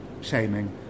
shaming